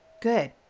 Good